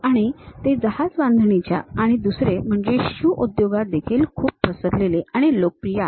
आणि ते जहाजबांधणीच्या आणि दुसरे म्हणजे शू उद्योगात देखील खूप पसरलेले आणि लोकप्रिय आहेत